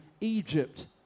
Egypt